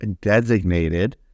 designated